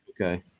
Okay